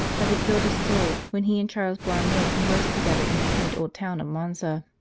that had rilled his soul when he and charles borromeo conversed together in the quaint old town of monza.